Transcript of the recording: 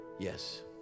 Yes